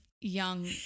young